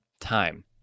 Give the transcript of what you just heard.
time